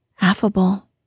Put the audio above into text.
affable